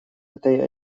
этой